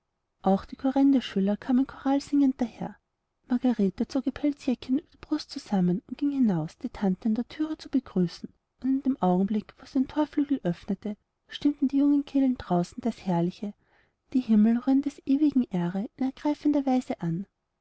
auch die kurrendeschüler kamen choralsingend daher margarete zog ihr pelzjäckchen über der brust zusammen und ging hinaus die tante an der thüre zu begrüßen und in dem augenblicke wo sie den thorflügel öffnete stimmten die jungen kehlen draußen das herrliche die himmel rühmen des ewigen ehre in ergreifender weise an